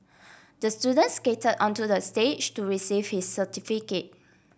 the student skate onto the stage to receive his certificate